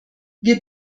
wir